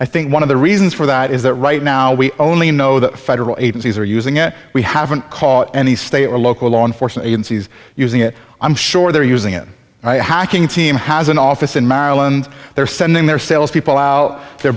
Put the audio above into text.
i think one of the reasons for that is that right now we only know that federal agencies are using it we haven't caught any state or local law enforcement agencies using it i'm sure they're using it and i hacking team has an office in maryland they're sending their sales people out there